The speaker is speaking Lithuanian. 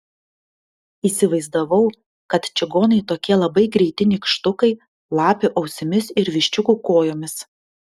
įsivaizdavau kad čigonai tokie labai greiti nykštukai lapių ausimis ir viščiukų kojomis